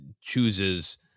chooses